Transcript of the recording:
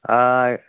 ആ ആയി